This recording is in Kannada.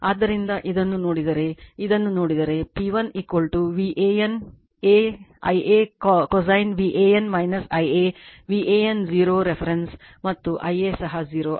ಆದ್ದರಿಂದ ಇದನ್ನು ನೋಡಿದರೆ ಇದನ್ನು ನೋಡಿದರೆ P1 VAN A Ia cosine VAN Ia VAN 0 reference ಮತ್ತು Ia ಸಹ 0 ಆಗಿದೆ